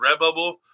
Redbubble